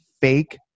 fake